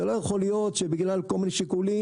זה לא יכול להיות שבגלל כל מיני שיקולים,